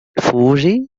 فوجي